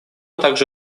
также